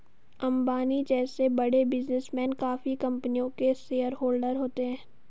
अंबानी जैसे बड़े बिजनेसमैन काफी कंपनियों के शेयरहोलडर होते हैं